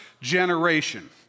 generation